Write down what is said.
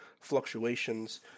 fluctuations